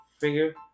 figure